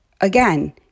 again